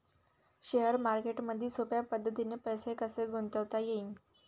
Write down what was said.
Share मार्केटमधी सोप्या पद्धतीने पैसे कसे गुंतवता येईन?